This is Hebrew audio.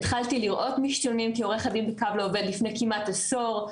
התחלתי לראות משתלמים כעורכת דין ב"קו לעובד" לפני כמעט עשור,